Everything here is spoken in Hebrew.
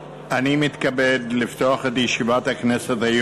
אני מתכבד לפתוח את ישיבת הכנסת.